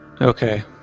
Okay